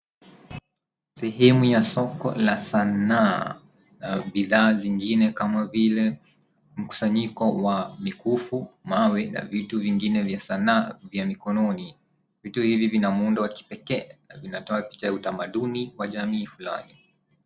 Sehemu ya soko ya sanaa. Bidhaa zingine kama vile mkusanyiko wa mikufu, mawe na vitu vingine vya sanaa vya mikononi. Vitu hivi vina muundo wa kipekee na picha ya utamaduni ya jamii fulani.